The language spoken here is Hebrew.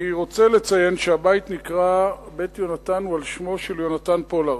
אני רוצה לציין שהבית שנקרא "בית יהונתן" הוא על שמו של יהונתן פולארד,